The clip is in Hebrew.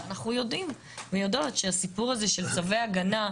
אז אנחנו יודעים ויודעות שהסיפור הזה של צווי הגנה,